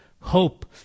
hope